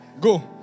go